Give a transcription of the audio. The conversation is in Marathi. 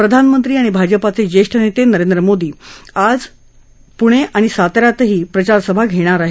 प्रधानमंत्री आणि भाजपाचे ज्येष्ठ नेते नरेंद्र मोदी आज पुणे आणि साता यातही प्रचारसभा घेणार आहेत